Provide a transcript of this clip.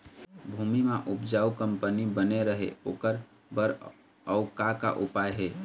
भूमि म उपजाऊ कंपनी बने रहे ओकर बर अउ का का उपाय हे?